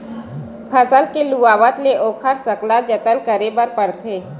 फसल के लुवावत ले ओखर सकला जतन करे बर परथे